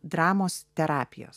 dramos terapijos